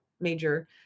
major